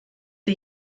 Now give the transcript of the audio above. die